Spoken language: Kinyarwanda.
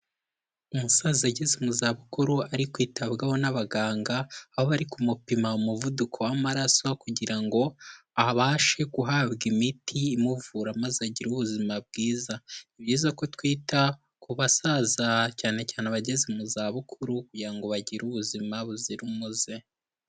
Umusaza ageze mu za bukuru ari kwitabwaho n'abaganga aho bari kumupima umuvuduko w'amaraso kugira ngo abashe guhabwa imiti imuvura maze agira ubuzima bwiza, ni byiza ko twita ku basaza cyane cyane abageze mu za bukuru kugira ngo bagire ubuzima buzira umuze.